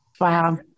wow